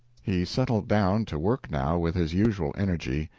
he settled down to work now with his usual energy,